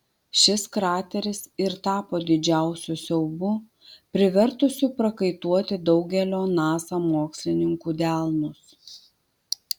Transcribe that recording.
šis krateris ir tapo didžiausiu siaubu privertusiu prakaituoti daugelio nasa mokslininkų delnus